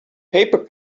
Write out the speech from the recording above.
paper